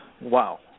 Wow